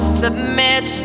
submit